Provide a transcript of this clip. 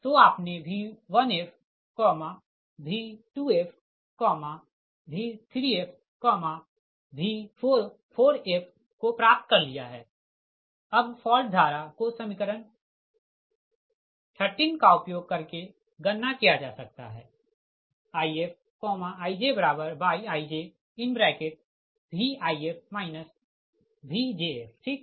तो आपने V1fV2fV3fV4f को प्राप्त कर लिया है अब फॉल्ट धारा को समीकरण 13 का उपयोग करके गणना किया जा सकता है IfijyijVif Vjf ठीक